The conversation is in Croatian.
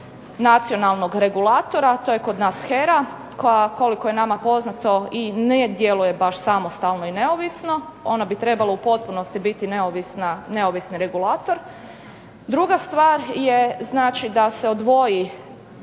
nacionalnog regulatora, to je kod nas HERA, koja koliko je nama poznato i ne djeluje baš samostalno i neovisno, ona bi trebala u potpunosti biti neovisni regulator. Druga stvar je znači da se odvoji